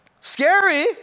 Scary